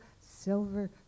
silver